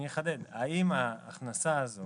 אני אחדד: השאלה היא האם ההכנסה הזו,